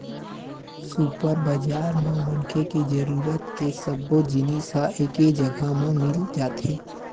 super बजार म मनखे के जरूरत के सब्बो जिनिस ह एके जघा म मिल जाथे